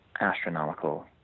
astronomical